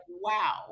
wow